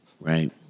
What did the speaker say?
right